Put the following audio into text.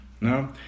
No